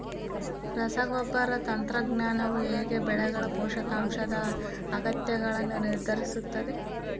ರಸಗೊಬ್ಬರ ತಂತ್ರಜ್ಞಾನವು ಹೇಗೆ ಬೆಳೆಗಳ ಪೋಷಕಾಂಶದ ಅಗತ್ಯಗಳನ್ನು ನಿರ್ಧರಿಸುತ್ತದೆ?